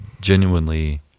genuinely